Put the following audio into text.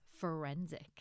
forensic